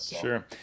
Sure